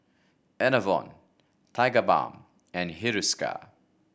Enervon Tigerbalm and Hiruscar